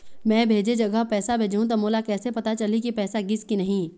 मैं भेजे जगह पैसा भेजहूं त मोला कैसे पता चलही की पैसा गिस कि नहीं?